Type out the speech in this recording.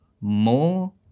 more